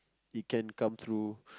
it can come through